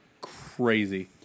crazy